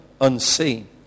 unseen